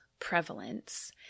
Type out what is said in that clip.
prevalence